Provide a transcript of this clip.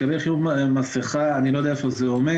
לגבי חיוב מסיכה אני לא יודע איפה זה עומד,